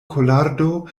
kolardo